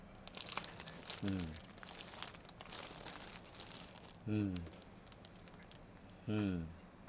mm mm mm